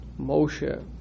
Moshe